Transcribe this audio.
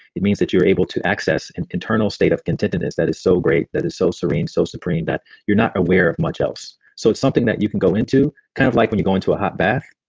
it means that you're able to access an internal state of contentedness that is so great, that is so serene, so supreme, that you're not aware of much else. so it's something that you can go into kind of like when you go into a hot bath.